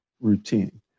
routine